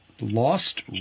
Lost